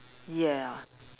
yeah